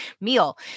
meal